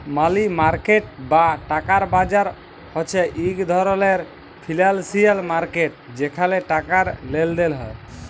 মালি market বা টাকার বাজার হছে ইক ধরলের ফিল্যালসিয়াল মার্কেট যেখালে টাকার লেলদেল হ্যয়